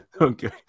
Okay